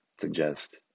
suggest